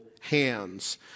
hands